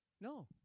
No